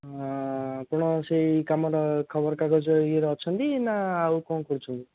ହଁ ଆପଣ ସେଇ କାମଟା ଖବର କାଗଜ ଇଏରେ ଅଛନ୍ତି ନା ଆଉ କ'ଣ କରୁଛନ୍ତି